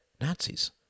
Nazis